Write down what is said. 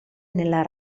nella